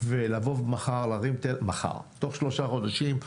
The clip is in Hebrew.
ולבוא תוך שלושה חודשים,